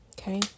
Okay